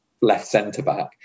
left-centre-back